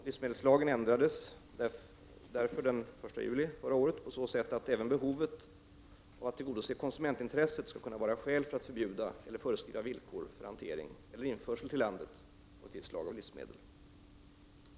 Livsmedelslagen ändrades därför den 1 juli 1989 på så sätt att även behovet av att tillgodose konsumentintresset skall kunna vara skäl för att förbjuda eller föreskriva villkor för hantering eller införsel till landet av visst slag av livsmedel.